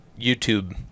YouTube